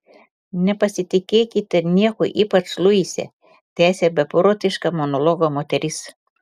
nepasitikėkite niekuo ypač luise tęsė beprotišką monologą moteris